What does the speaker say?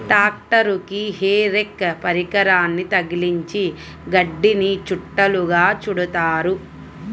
ట్రాక్టరుకి hay rake పరికరాన్ని తగిలించి గడ్డిని చుట్టలుగా చుడుతారు